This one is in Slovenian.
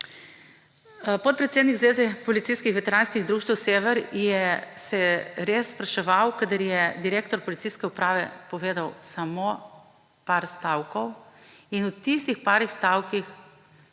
Podpredsednik Zveze policijskih veteranskih društev Sever se je res spraševal, kadar je direktor policijske uprave povedal samo nekaj stavkov, in v tistih nekaj stavkih